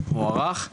מוערך.